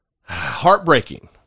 heartbreaking